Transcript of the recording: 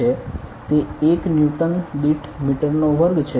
તે 1 ન્યુટન દીઠ મીટરનો વર્ગ છે